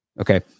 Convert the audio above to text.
Okay